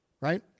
right